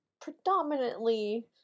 predominantly